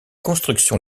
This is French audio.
construction